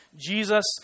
Jesus